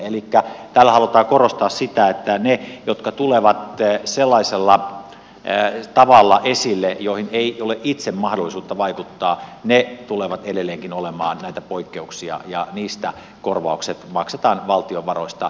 elikkä tällä halutaan korostaa sitä että ne seikat jotka tulevat esille sellaisella tavalla johon ei ole itse mahdollisuutta vaikuttaa tulevat edelleenkin olemaan näitä poikkeuksia ja niistä korvaukset maksetaan valtion varoista